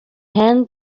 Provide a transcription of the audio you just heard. hand